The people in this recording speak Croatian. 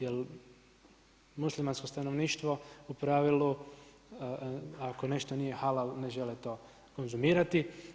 Jer muslimansko stanovništvo u pravilu ako nešto nije halal ne žele to konzumirati.